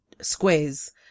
squares